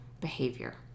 behavior